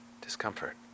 discomfort